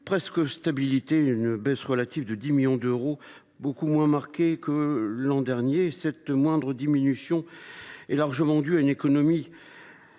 stables, malgré une baisse relative de 10 millions d’euros, heureusement moins marquée que l’an dernier. Cette moindre diminution est largement due à une économie